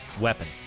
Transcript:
weapon